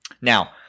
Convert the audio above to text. Now